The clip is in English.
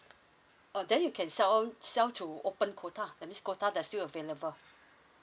oh then you can sell sell to open quota that means quota there's still available